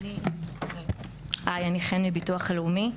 אני חן מביטוח לאומי.